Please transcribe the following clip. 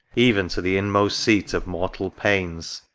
even to the inmost seat of mortal pains,